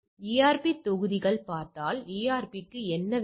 எனவே ARP தொகுதியைப் பார்த்தால் ஏஆர்பிக்கு என்ன வேண்டும்